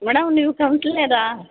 madam ನೀವು ಕೌನ್ಸೆಲೆರಾ